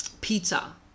pizza